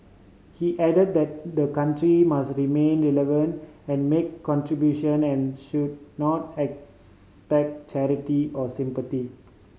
he added that the country must remain relevant and make contribution and should not expect charity or sympathy